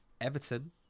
Everton